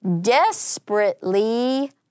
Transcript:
desperately